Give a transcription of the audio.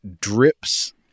drips